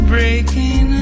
Breaking